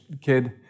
kid